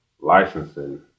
licensing